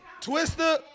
Twister